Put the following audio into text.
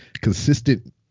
consistent